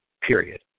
period